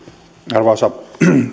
arvoisa